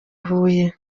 huye